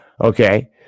Okay